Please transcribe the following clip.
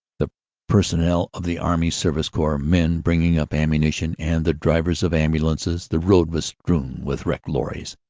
the personnel of the army service corps, men bringing up ammunition, and the drivers of am bulances. the road was strewn with wrecked lorries,